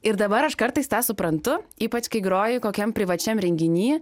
ir dabar aš kartais tą suprantu ypač kai groju kokiam privačiam renginy